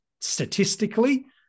statistically